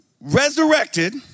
resurrected